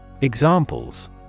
Examples